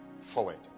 forward